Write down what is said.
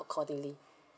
accordingly